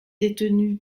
détenue